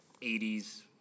80s